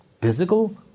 physical